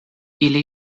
ili